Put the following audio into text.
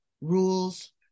rules